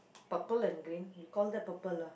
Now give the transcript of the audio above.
purple and green you call that purple lah